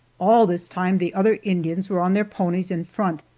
all this time the other indians were on their ponies in front,